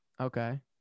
Okay